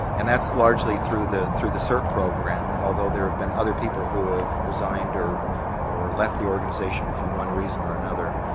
and that's largely through the through the srp program although there have been other people who have resigned or or left the organization for one reason or another,